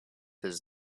does